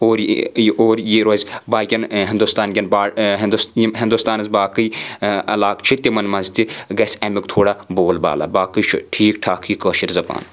اور اور یہِ روزِ باقٕیَن ہِنٛدوستَانٛکِؠن یِم ہِنٛدوستَانَس باقٕے علاقہٕ چھِ تِمَن منٛز تہِ گژھِ اَمِیُک تھوڑا بول بالا باقٕے چھُ ٹھیٖک ٹھاک یہِ کٲشِر زبان